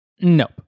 Nope